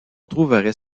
trouverait